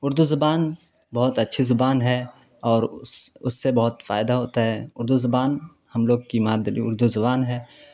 اردو زبان بہت اچھی زبان ہے اور اس سے بہت فائدہ ہوتا ہے اردو زبان ہم لوگ کی مادری اردو زبان ہے